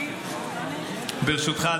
ברשותך,